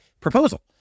proposal